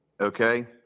Okay